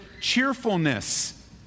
cheerfulness